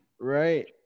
right